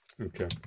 okay